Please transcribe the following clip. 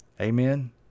Amen